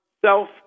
self